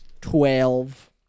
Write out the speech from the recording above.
Twelve